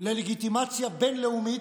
ללגיטימציה בין-לאומית,